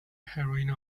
heroine